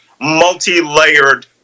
multi-layered